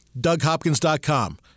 DougHopkins.com